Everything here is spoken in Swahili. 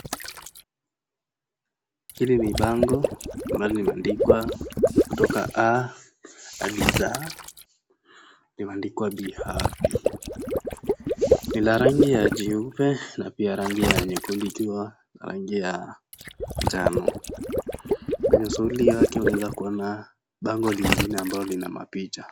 Hili ni bango ambalo limeandikwa kutoka a hadi z . Limeandikwa Be happy . Ni la rangi ya jeupe na pia rangi ya nyekundu na pia rangi ya njano. Kwenye juu yake unaweza kuona bango lingine ambalo lina mapicha.